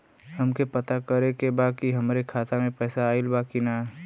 हमके पता करे के बा कि हमरे खाता में पैसा ऑइल बा कि ना?